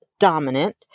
dominant